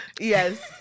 Yes